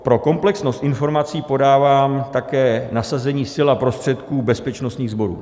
Pro komplexnost informací podávám také nasazení sil a prostředků bezpečnostních sborů.